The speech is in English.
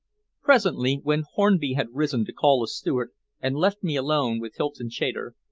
presently, when hornby had risen to call a steward and left me alone with hylton chater,